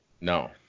no